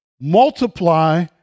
multiply